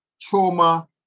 Trauma